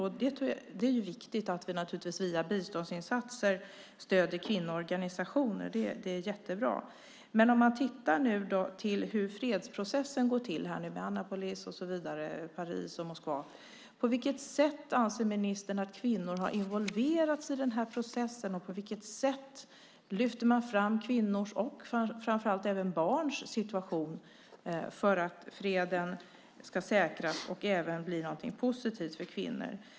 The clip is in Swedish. Och det är naturligtvis viktigt att vi via biståndsinsatser stöder kvinnoorganisationer. Det är jättebra. Men nu kan man ju titta på hur den här fredsprocessen går till i Annapolis, Paris, Moskva och så vidare. På vilket sätt anser ministern att kvinnor har involverats i den här processen? Och på vilket sätt lyfter man fram kvinnors och framför allt barns situation för att freden ska säkras och även bli någonting positivt för kvinnor?